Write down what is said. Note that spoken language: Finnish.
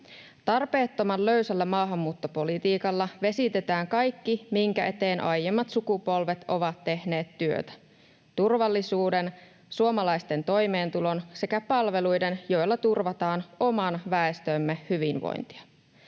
Tarpeettoman löysällä maahanmuuttopolitiikalla vesitetään kaikki, minkä eteen aiemmat sukupolvet ovat tehneet työtä: turvallisuuden, suomalaisten toimeentulon sekä palveluiden, joilla turvataan oman väestömme hyvinvointia.